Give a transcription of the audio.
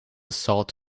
assault